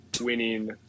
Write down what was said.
winning